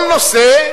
כל נושא,